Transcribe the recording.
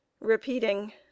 repeating